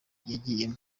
yagiyemo